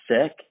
sick